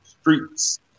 streets